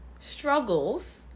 Struggles